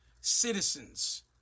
citizens